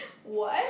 what